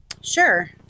Sure